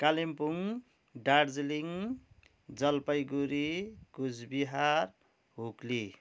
Kalimpong Darjeeling Jalpaiguri Coochbehar Hooghly